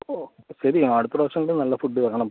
ഓ ശരി അടുത്ത പ്രാവശ്യമെങ്കിലും നല്ല ഫുഡ് തരണം